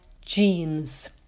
genes